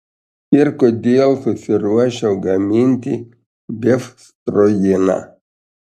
ir kodėl susiruošiau gaminti befstrogeną